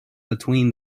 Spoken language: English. between